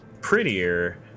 prettier